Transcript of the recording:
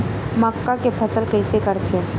मक्का के फसल कइसे करथे?